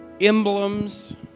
emblems